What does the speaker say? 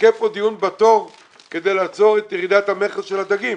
שמחכה כאן דיון כדי לעצור את ירידת המכס של הדגים.